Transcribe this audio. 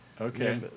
okay